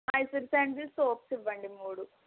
Mysore sandal soaps ఇవ్వండి మూడు